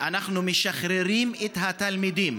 אנחנו משחררים את התלמידים